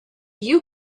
you